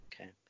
Okay